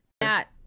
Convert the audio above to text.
Matt